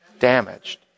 damaged